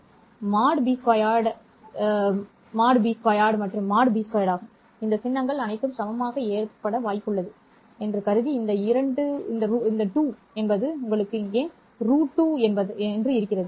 இது mode b2 mode b2 மற்றும் mode b2 ஆகும் இந்த சின்னங்கள் அனைத்தும் சமமாக ஏற்பட வாய்ப்புள்ளது என்று கருதி இந்த 2 உங்களுக்கு இங்கே √2 இருப்பதால் தான்